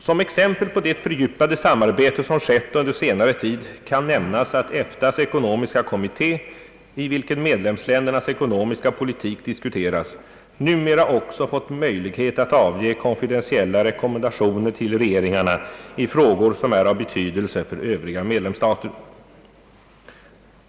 Som exempel på det fördjupade samarbete som skett under senare tid kan nämnas att EFTA:s ekonomiska kommitté, i vilken medlemsländernas ekonomiska politik diskuteras, numera också fått möjlighet att avge konfidentiella rekommendationer till regeringar na i frågor som är av betydelse för övriga medlemsstater.